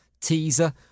teaser